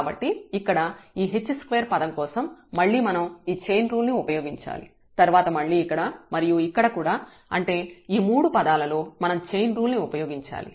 కాబట్టి ఇక్కడ ఈ h2 పదం కోసం మళ్ళీ మనం ఈ చైన్ రూల్ ని ఉపయోగించాలి తర్వాత మళ్ళీ ఇక్కడ మరియు ఇక్కడ కూడా అంటే ఈ మూడు పదాలలో మనం చైన్ రూల్ ని ఉపయోగించాలి